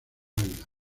águila